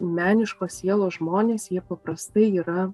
meniškos sielos žmonės jie paprastai yra